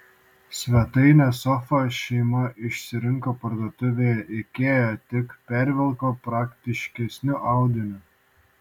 svetainės sofą šeima išsirinko parduotuvėje ikea tik pervilko praktiškesniu audiniu